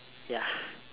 ya